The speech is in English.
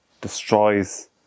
destroys